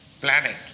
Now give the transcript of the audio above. planet